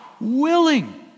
willing